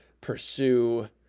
pursue